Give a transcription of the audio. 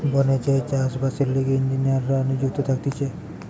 বনে যেই চাষ বাসের লিগে ইঞ্জিনীররা নিযুক্ত থাকতিছে